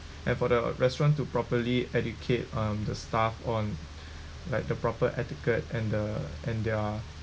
and for the restaurant to properly educate um the staff on like the proper etiquette and the and their